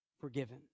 forgiven